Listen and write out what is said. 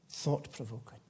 thought-provoking